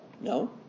No